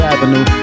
Avenue